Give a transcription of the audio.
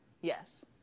Yes